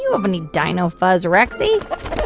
you have any dino fuzz, rexy?